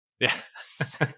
Yes